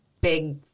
big